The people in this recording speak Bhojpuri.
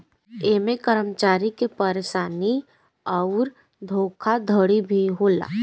ऐमे कर्मचारी के परेशानी अउर धोखाधड़ी भी होला